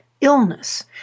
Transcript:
illness